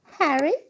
Harry